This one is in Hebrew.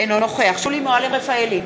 אינו נוכח שולי מועלם-רפאלי,